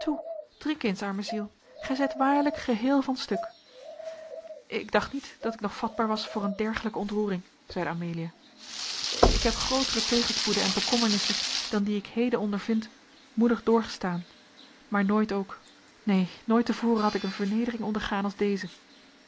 drink eens arme ziel gij zijt waarlijk geheel van uw stuk ik dacht niet dat ik nog vatbaar was voor een diergelijke ontroering zeide amelia ik heb grootere tegenspoeden en bekommernissen dan die ik heden ondervind moedig doorgestaan maar nooit ook neen nooit te voren had ik een vernedering ondergaan als deze